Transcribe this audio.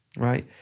right?